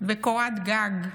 וקורת גג,